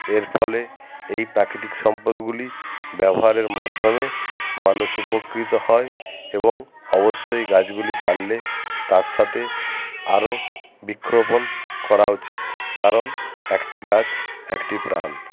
এর ফলে এই প্রাকৃতিক সম্পদগুলি ব্যবহারের মাধ্যমে মানুষ উপকৃত হয় এবং অবশ্যই গাছগুলি কাটলে তার সাথে আরো বৃক্ষ রোপণ করা উচিৎ কারণ একটি গাছ একটি প্রাণ